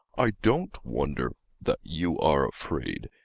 i don't wonder that you are afraid.